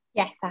yes